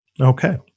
Okay